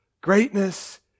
Greatness